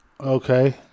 Okay